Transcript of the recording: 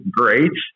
great